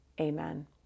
Amen